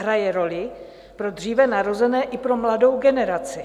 Hraje roli pro dříve narozené i pro mladou generaci.